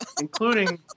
including